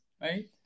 Right